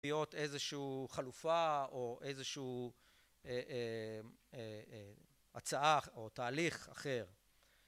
להיות איזושהו חלופה, או איזושהו אה... אה... אה... אה... הצעה, או תהליך אחר.